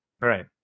Right